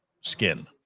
skin